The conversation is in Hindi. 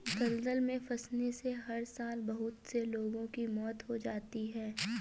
दलदल में फंसने से हर साल बहुत से लोगों की मौत हो जाती है